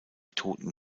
toten